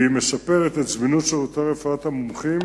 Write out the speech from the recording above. והיא משפרת את זמינות שירותי רפואת המומחים